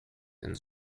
and